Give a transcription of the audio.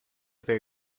per